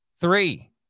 Three